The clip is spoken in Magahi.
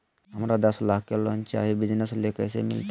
हमरा दस लाख के लोन चाही बिजनस ले, कैसे मिलते?